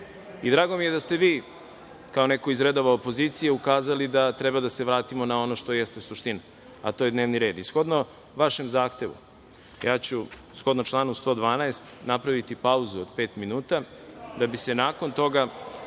mi je da ste vi, kao neko iz redova opozicije, ukazali da treba da se vratimo na ono što jeste suština, a to je dnevni red. Shodno vašem zahtevu, shodno članu 112. napraviću pauzu od pet minuta da bi se nakon toga